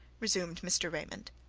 resumed mr. raymond.